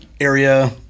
area